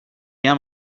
rien